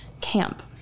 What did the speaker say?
camp